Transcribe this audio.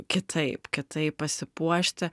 kitaip kitaip pasipuošti